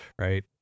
right